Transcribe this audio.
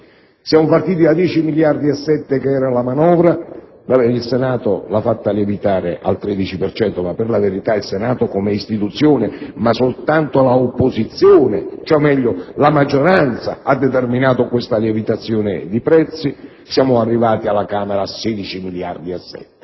Siamo partiti da 10,7 miliardi della manovra; il Senato l'ha fatta lievitare al 13 per cento (per la verità, il Senato come istituzione, ma soltanto la maggioranza ha determinato questa lievitazione di prezzi); siamo arrivati alla Camera a 16,7 miliardi,